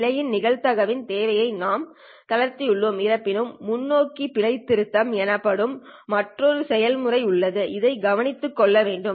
பிழையின் நிகழ்தகவின் தேவைகளை நாம் தளர்த்தியுள்ளோம் இருப்பினும் முன்னோக்கி பிழை திருத்தம் எனப்படும் மற்றொரு செயல்முறை உள்ளது இதை கவனித்துக் கொள்ள வேண்டும்